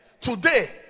Today